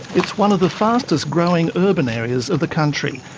it's one of the fastest growing urban areas of the country,